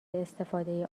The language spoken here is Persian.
استفاده